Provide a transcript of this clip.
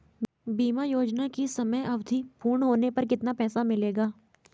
बीमा योजना की समयावधि पूर्ण होने पर कितना पैसा मिलेगा?